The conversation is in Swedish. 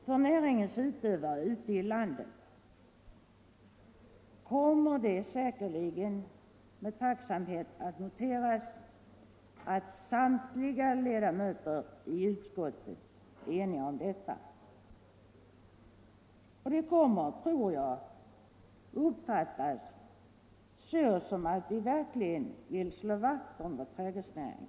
Från näringens utövare ute Torsdagen den i landet kommer det säkerligen att med tacksamhet noteras att samtliga 22 maj 1975 ledamöter i utskottet är eniga om detta. Det kommer, tror jag, att upp fattas så att vi verkligen vill slå vakt om vår trädgårdsnäring.